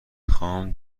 خوام